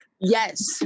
yes